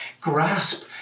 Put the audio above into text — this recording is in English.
grasp